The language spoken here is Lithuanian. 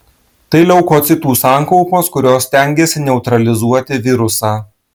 tai leukocitų sankaupos kurios stengiasi neutralizuoti virusą